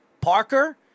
Parker